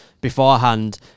beforehand